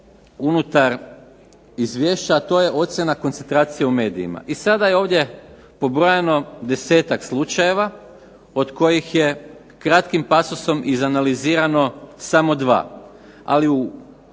unutra izvješća, a to je ocjena koncentracije u medijima. I sada je ovdje pobrojano desetak slučajeva od kojih je kratkim pasusom izanalizirano samo dva. Ali